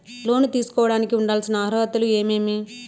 లోను తీసుకోడానికి ఉండాల్సిన అర్హతలు ఏమేమి?